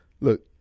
look